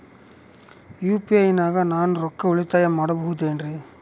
UPI ನಾಗ ನಾನು ರೊಕ್ಕ ಉಳಿತಾಯ ಮಾಡಬಹುದೇನ್ರಿ?